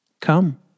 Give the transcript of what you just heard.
Come